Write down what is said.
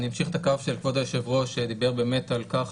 אני אמשיך את הקו של כבוד היושב ראש שדיבר באמת על כך